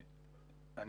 אני